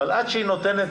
אבל עד שהיא נותנת,